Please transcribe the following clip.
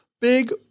big